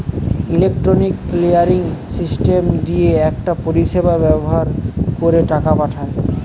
electronic clearing system দিয়ে একটা পরিষেবা ব্যাভার কোরে টাকা পাঠায়